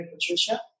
Patricia